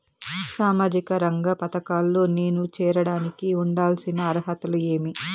సామాజిక రంగ పథకాల్లో నేను చేరడానికి ఉండాల్సిన అర్హతలు ఏమి?